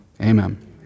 amen